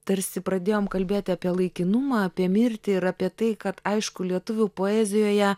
tarsi pradėjom kalbėti apie laikinumą apie mirtį ir apie tai kad aišku lietuvių poezijoje